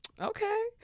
okay